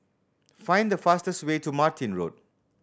find the fastest way to Martin Road